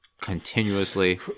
continuously